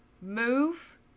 move